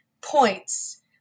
points